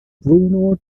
bruno